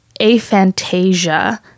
aphantasia